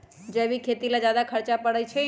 जैविक खेती ला ज्यादा खर्च पड़छई?